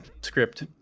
script